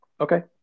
Okay